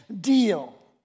deal